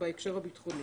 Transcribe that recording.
בהקשר הביטחוני.